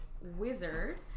wizard